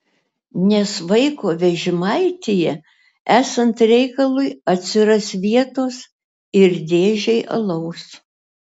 nes vaiko vežimaityje esant reikalui atsiras vietos ir dėžei alaus